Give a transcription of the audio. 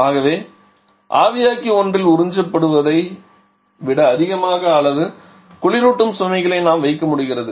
ஆகவே ஆவியாக்கி ஒன்றில் உறிஞ்சப்படுவதை விட அதிக அளவு குளிரூட்டும் சுமைகளை நாம் வைக்க முடிகிறது